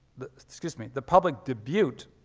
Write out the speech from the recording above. excuse me, the public debut,